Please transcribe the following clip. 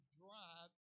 drive